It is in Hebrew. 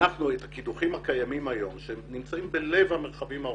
את הקידוחים הקיימים היום שנמצאים בלב המרחבים האורבניים,